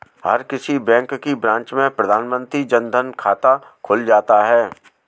हर किसी बैंक की ब्रांच में प्रधानमंत्री जन धन खाता खुल जाता है